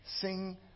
sing